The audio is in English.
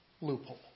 loophole